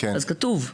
אז כתוב: